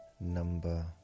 number